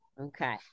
Okay